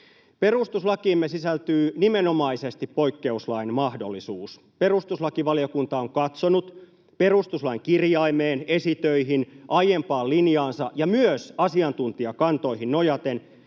Perustuslakiimme sisältyy nimenomaisesti poikkeuslain mahdollisuus. Perustuslakivaliokunta on katsonut perustuslain kirjaimeen, esitöihin, aiempaan linjaansa ja myös asiantuntijakantoihin nojaten,